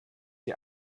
ihr